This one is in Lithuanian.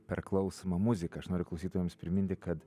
per klausomą muziką aš noriu klausytojams priminti kad